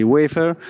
Wafer